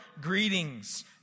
greetings